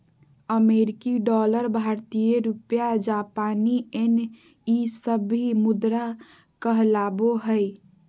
अमेरिकी डॉलर भारतीय रुपया जापानी येन ई सब भी मुद्रा कहलाबो हइ